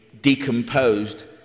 decomposed